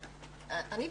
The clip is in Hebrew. אני,